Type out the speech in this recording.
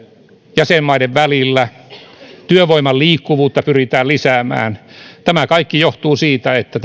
jäsenmaiden välillä työvoiman liikkuvuutta pyritään lisäämään tämä kaikki johtuu siitä että